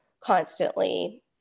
constantly